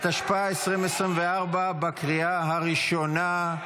התשפ"ה 2024, בקריאה הראשונה.